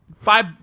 five